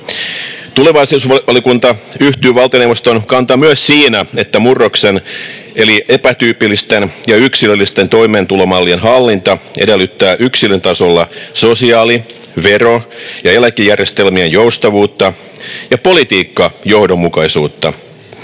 Tulevaisuusvaliokunta yhtyy valtioneuvoston kantaan myös siinä, että murroksen, eli epätyypillisten ja yksilöllisten toimeentulomallien, hallinta edellyttää yksilön tasolla sosiaaliturva-, vero- ja eläkejärjestelmien joustavuutta ja politiikkajohdonmukaisuutta,